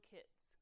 Kids